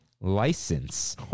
license